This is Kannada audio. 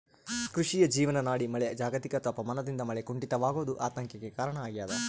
ಕೃಷಿಯ ಜೀವನಾಡಿ ಮಳೆ ಜಾಗತಿಕ ತಾಪಮಾನದಿಂದ ಮಳೆ ಕುಂಠಿತವಾಗೋದು ಆತಂಕಕ್ಕೆ ಕಾರಣ ಆಗ್ಯದ